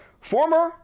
former